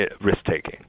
risk-taking